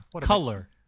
color